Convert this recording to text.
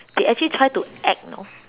they actually try to act know